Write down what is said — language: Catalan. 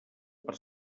per